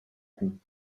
came